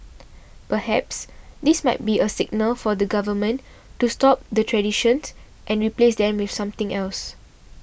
perhaps this might be a signal from the government to stop the traditions and replace them with something else